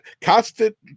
constant